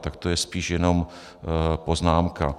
Tak to je spíš jenom poznámka.